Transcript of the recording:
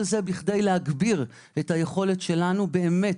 כל זה בכדי להגביר את היכולת שלנו באמת,